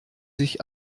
sich